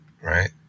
right